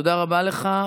תודה רבה לך.